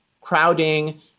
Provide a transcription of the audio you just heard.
crowding